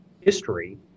history